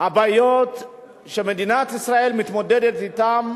הבעיות שמדינת ישראל מתמודדת אתן,